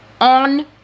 on